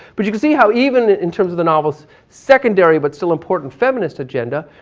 but you can see how even in terms of the novels secondary, but still important, feminist agenda,